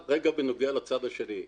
בנוגע לצד השני.